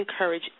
encourage